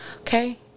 okay